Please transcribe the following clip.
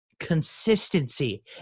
consistency